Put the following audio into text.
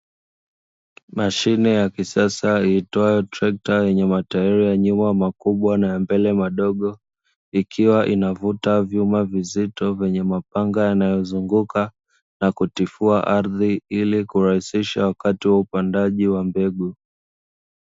Mashine ya kisasa iitwayo trekta yenye matairi ya nyuma makubwa, na ya mbele madogo, ikiwa inavuta vyuma vizito vyenye mapanga yanayozunguka na kutifua ardhi ili kurahisisha wakati wa upandaji wa mbegu.